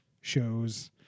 shows